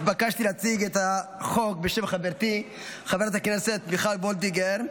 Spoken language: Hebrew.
התבקשתי להציג את החוק בשם חברתי חברת הכנסת מיכל וולדיגר,